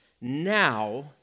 now